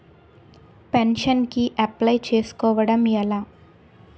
Pension కి apply చేసుకోవడం ఎలా?